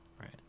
Right